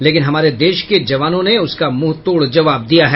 लेकिन हमारे देश के जवानों ने उसका मुंहतोड़ जवाब दिया है